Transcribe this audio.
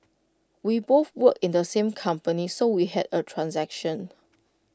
we both work in the same company so we had A transaction